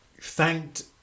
thanked